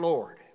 Lord